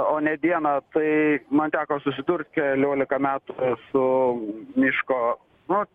o ne dieną tai man teko susidurt keliolika metų su miško nu